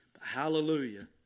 Hallelujah